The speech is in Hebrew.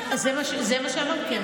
שהעולם יראה,